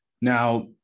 Now